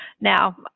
Now